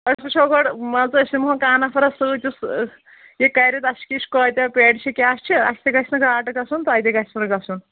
أسۍ وٕچھو گۄڈٕ مان ژٕ أسۍ نِمون کانٛہہ نفرَہ سۭتۍ یُس یہِ کَرِ تَشکیٖش کۭتیٛاہ پیٹہِ چھِ کیٛاہ چھِ اَسہِ تہِ گژھِ نہٕ گاٹہٕ گژھُن تۄہہِ تہِ گژھِوٕ نہٕ گژھُن